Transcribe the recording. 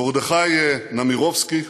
מרדכי נמירובסקי,